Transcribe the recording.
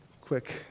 quick